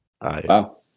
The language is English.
Wow